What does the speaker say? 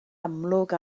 amlwg